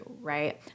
right